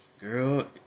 Girl